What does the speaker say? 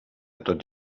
tot